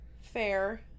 Fair